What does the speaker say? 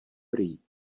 prý